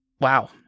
Wow